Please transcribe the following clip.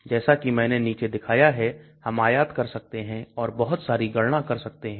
जैसा कि मैंने नीचे दिखाया है हम आयात कर सकते हैं और बहुत सारी गणना कर सकते हैं